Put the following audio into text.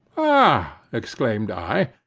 ah, exclaimed i,